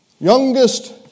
youngest